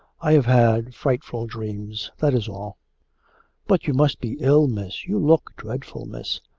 i have had frightful dreams that is all but you must be ill, miss you look dreadful, miss.